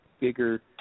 bigger